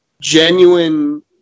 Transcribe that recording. genuine